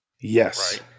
Yes